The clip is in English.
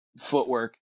footwork